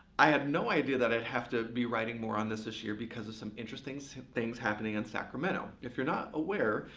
i had no idea that i'd have to be writing more on this issue here because of some interesting things happening in sacramento. if you're not aware,